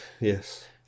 yes